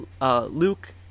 Luke